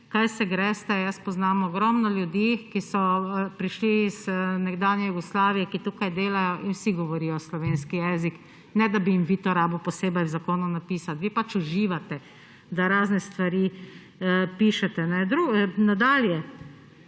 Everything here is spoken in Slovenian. kaj se greste, jaz poznam ogromno ljudi, ki so prišli iz nekdanje Jugoslavije, ki tukaj delajo, in vsi govorijo slovenski jezik, ne da bi jim vi to rabili posebej v zakonu napisati. Vi pač uživate, da razne stvari pišete. Nadalje.